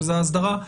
שזו ההסדרה,